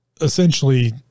essentially